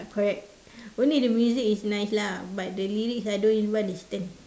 correct only the music is nice lah but the lyrics I don't even understand